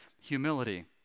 humility